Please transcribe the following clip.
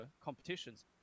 competitions